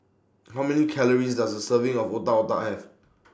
How Many Calories Does A Serving of Otak Otak Have